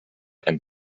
and